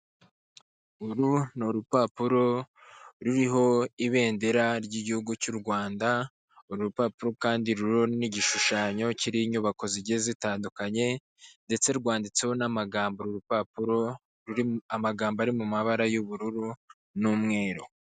Uru ni urupapuro ruriho ibendera ryigihugu cy'u Rwanda, uru rupapuro kandi ruriho n'igishushanyo kiriho inyubako zigiye zitandukanye, ndetse rwanditseho n'amagambo uru rupapuro, amagambo ari mu mabara y'ubururu n'umweru.